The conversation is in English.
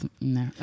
no